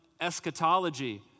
eschatology